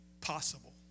possible